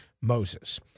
Moses